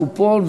קופון,